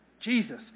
Jesus